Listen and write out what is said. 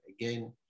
Again